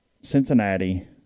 Cincinnati